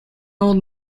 old